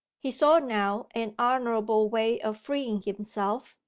he saw now an honourable way of freeing himself,